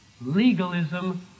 legalism